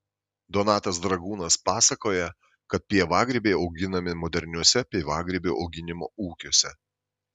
donatas dragūnas pasakoja kad pievagrybiai auginami moderniuose pievagrybių auginimo ūkiuose